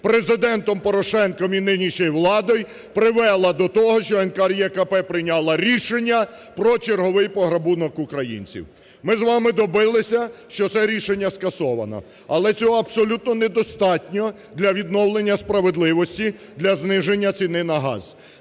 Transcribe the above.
Президентом Порошенком і нинішньою владою привела до того, що НКРЕКП прийняла рішення про черговий по грабунок українців. Ми з вами добилися, що це рішення скасовано. Але цього абсолютно недостатньо для відновлення справедливості, для зниження ціни на газ.